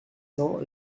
cents